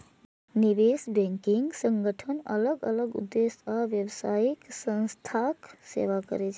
निवेश बैंकिंग संगठन अलग अलग उद्देश्य आ व्यावसायिक संस्थाक सेवा करै छै